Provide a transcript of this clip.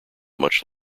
much